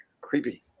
creepy